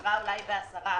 חזרה ב-10%,